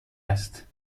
است